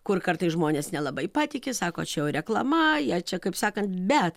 kur kartais žmonės nelabai patiki sako čia jau reklama jie čia kaip sakant be